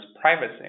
privacy